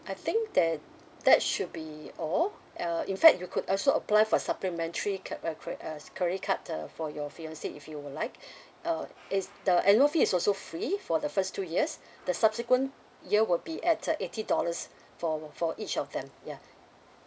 I think that that should be all uh in fact you could also apply for supplementary ca~ uh cre~ uh credit card uh for your finance if you would like uh it's the annual fee is also free for the first two years the subsequent year will be at the eighty dollars for for each of them ya